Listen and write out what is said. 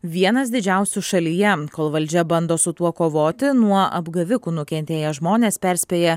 vienas didžiausių šalyje kol valdžia bando su tuo kovoti nuo apgavikų nukentėję žmonės perspėja